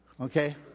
Okay